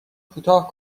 کوتاه